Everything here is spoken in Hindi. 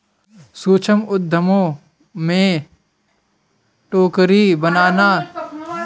सूक्ष्म उद्यमों में टोकरी बनाना, सिलाई करना, स्ट्रीट वेंडिंग और मुर्गी पालन करना शामिल है